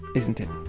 isn't it?